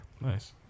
Nice